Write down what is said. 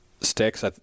Sticks